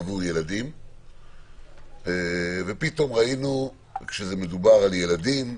ראינו שכאשר מדובר על ילדים,